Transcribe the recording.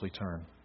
turn